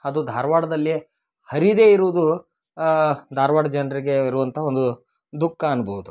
ಅದು ಧಾರ್ವಾಡದಲ್ಲೇ ಹರಿದೇ ಇರುದು ಧಾರ್ವಾಡ ಜನರಿಗೆ ಇರುವಂಥ ಒಂದು ದುಃಖ ಅನ್ಬೋದು